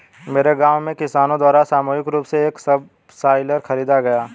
मेरे गांव में किसानो द्वारा सामूहिक रूप से एक सबसॉइलर खरीदा गया